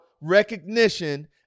recognition